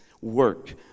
work